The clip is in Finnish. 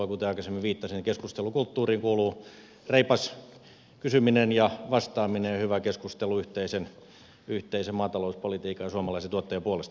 kuten aikaisemmin viittasin niin keskustelukulttuuriin kuuluu reipas kysyminen ja vastaaminen ja hyvä keskustelu yhteisen maatalouspolitiikan ja suomalaisen tuotteen puolesta